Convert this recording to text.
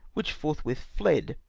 which forth with fled.